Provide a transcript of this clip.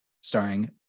starring